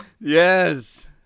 Yes